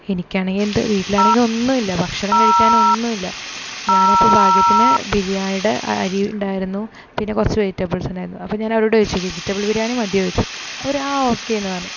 എനിക്കാണെങ്കിൽ എന്ത് വീട്ടിലാണെങ്കിൽ ഒന്നുമില്ല ഭക്ഷണം കഴിക്കാൻ ഒന്നുമില്ല ഞാനപ്പോൾ ഭാഗ്യത്തിന് ബിരിയാണിയുടെ അരി ഉണ്ടായിരുന്നു പിന്നെ കുറച്ചു വെജിറ്റബിൾസ് ഉണ്ടായിരുന്നു അപ്പോൾ ഞാനവരോട് ചോദിച്ചു വെജിറ്റബിൾ ബിരിയാണി മതിയോ ചോദിച്ചു അപ്പോൾ അവർ ആ ഓക്കെ എന്നു പറഞ്ഞു